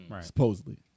supposedly